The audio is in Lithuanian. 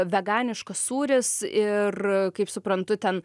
veganiškas sūris ir kaip suprantu ten